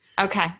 Okay